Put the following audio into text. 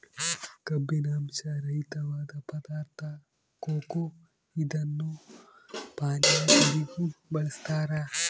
ಕಬ್ಬಿನಾಂಶ ರಹಿತವಾದ ಪದಾರ್ಥ ಕೊಕೊ ಇದನ್ನು ಪಾನೀಯಗಳಿಗೂ ಬಳಸ್ತಾರ